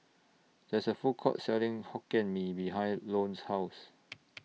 There IS A Food Court Selling Hokkien Mee behind Lone's House